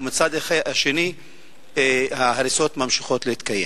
ומצד השני ההריסות ממשיכות להתקיים.